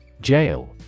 Jail